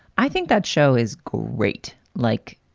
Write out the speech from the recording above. i think that show is great. like,